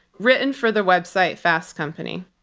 written for the website fast company.